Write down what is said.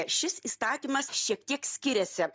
šis įstatymas šiek tiek skiriasi